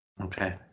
Okay